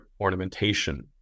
ornamentation